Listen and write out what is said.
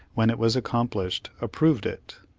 when it was accomplished, approved it.